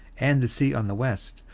and the sea on the west,